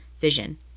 vision